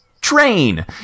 train